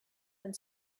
and